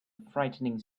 frightening